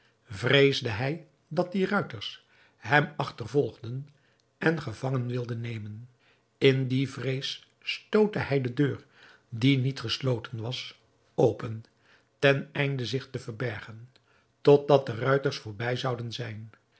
vreesde hij dat die ruiters hem achtervolgden en gevangen wilden nemen in die vrees stootte hij de deur die niet gesloten was open ten einde zich te verbergen totdat de ruiters voorbij zouden zijn